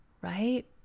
right